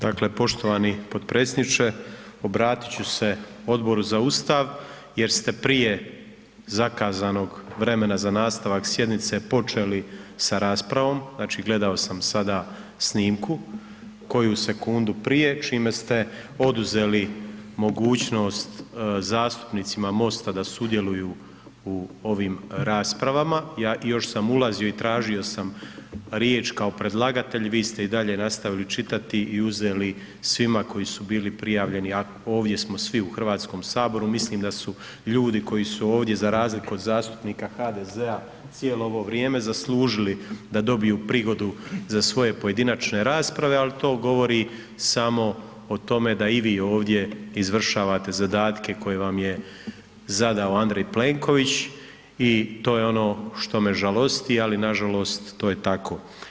Dakle, poštovani potpredsjedniče, obratit ću se Odboru za Ustav jer ste prije zakazanog vremena za nastavak sjednice počeli sa raspravom, znači, gledao sam sada snimku koji sekundu prije, čime ste oduzeli mogućnost zastupnicima MOST-a da sudjeluju u ovim raspravama, ja još sam ulazio i tražio sam riječ kao predlagatelj, vi ste i dalje nastavili čitati i uzeli svima koji su bili prijavljeni, ovdje smo svi u HS, mislim da su ljudi koji su ovdje za razliku od zastupnika HDZ-a cijelo ovo vrijeme zaslužili da dobiju prigodu za svoje pojedinačne rasprave, al to govori samo o tome da i vi ovdje izvršavate zadatke koje vam je zadao Andrej Plenković i to je ono što me žalosti, ali nažalost, to je tako.